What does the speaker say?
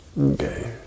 Okay